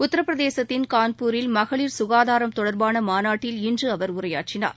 உத்திரபிரதேசத்தின் கான்பூரில் மகளிர் சுகாதாரம் தொடர்பான மாநாட்டில் இன்று அவர் உரையாற்றினார்